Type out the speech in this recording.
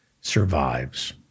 survives